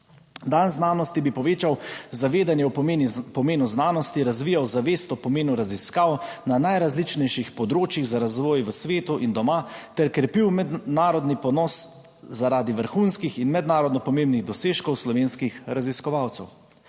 Dan znanosti bi povečal zavedanje o pomenu znanosti, razvijal zavest o pomenu raziskav na najrazličnejših področjih za razvoj v svetu in doma ter krepil mednarodni ponos zaradi vrhunskih in mednarodno pomembnih dosežkov slovenskih raziskovalcev.